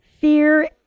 fear